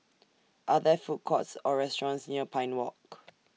Are There Food Courts Or restaurants near Pine Walk